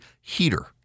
heater